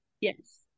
Yes